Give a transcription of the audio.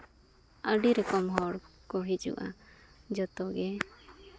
ᱟᱹᱰᱤ ᱨᱚᱠᱚᱢ ᱦᱚᱲ ᱠᱚ ᱦᱤᱡᱩᱜᱼᱟ ᱡᱚᱛᱚᱜᱮ